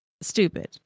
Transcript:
stupid